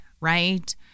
right